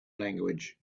language